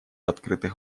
открытых